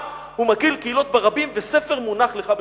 ומקהיל קהילות ברבים וספר מונח לך בחיקך.